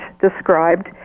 described